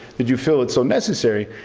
did you feel it's so necessary?